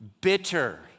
Bitter